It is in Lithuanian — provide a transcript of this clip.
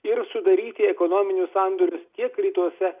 ir sudaryti ekonominius sandorius tiek rytuose